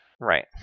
Right